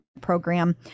program